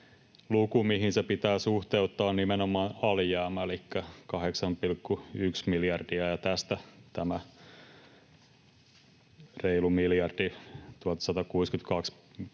luku, mihin se pitää suhteuttaa, on nimenomaan alijäämä elikkä 8,1 miljardia, josta tämä reilu miljardi, 1 162 miljoonaa,